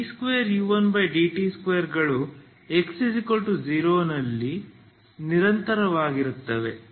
2u1t2 ಗಳು x0 ನಲ್ಲಿ ನಿರಂತರವಾಗಿರುತ್ತವೆ